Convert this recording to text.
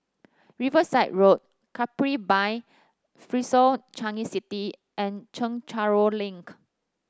Riverside Road Capri by Fraser Changi City and Chencharu Link